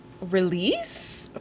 release